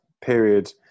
period